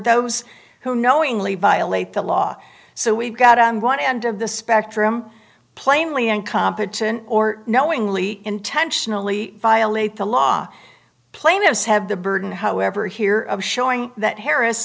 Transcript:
those who knowingly violate the law so we've got i'm going to end of the spectrum plainly incompetent or knowingly intentionally violate the law plaintiffs have the burden however here of showing that harris